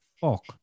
fuck